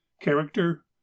Character